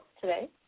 today